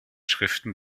schriften